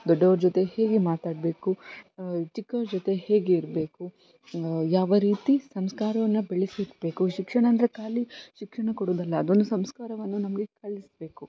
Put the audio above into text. ದೊಡ್ಡೋವ್ರ ಜೊತೆ ಹೇಗೆ ಮಾತಾಡಬೇಕು ಚಿಕ್ಕೋವ್ರ ಜೊತೆ ಹೇಗೆ ಇರಬೇಕು ಯಾವ ರೀತಿ ಸಂಸ್ಕಾರವನ್ನು ಬೆಳಸಬೇಕು ಶಿಕ್ಷಣ ಅಂದರೆ ಖಾಲಿ ಶಿಕ್ಷಣ ಕೊಡೋದಲ್ಲ ಅದೊಂದು ಸಂಸ್ಕಾರವನ್ನು ನಮಗೆ ಕಲಿಸಬೇಕು